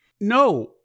No